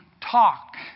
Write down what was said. talk